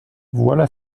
voilà